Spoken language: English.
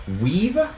weave